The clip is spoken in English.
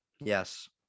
Yes